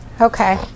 Okay